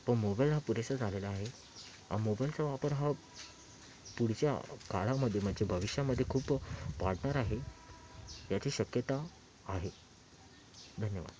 पण मोबाईल हा पुरेसा झालेला आहे मोबाईलचा वापर हा पुढच्या काळामध्ये म्हणजे भविष्यामध्ये खूप वाढणार आहे याची शक्यता आहे धन्यवाद